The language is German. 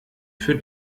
für